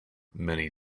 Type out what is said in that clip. many